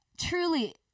truly